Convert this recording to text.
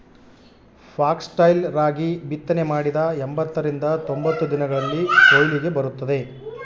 foxtail ರಾಗಿ ಬಿತ್ತನೆ ಮಾಡಿದ ಎಂಬತ್ತರಿಂದ ತೊಂಬತ್ತು ದಿನಗಳಲ್ಲಿ ಕೊಯ್ಲಿಗೆ ಬರುತ್ತದೆ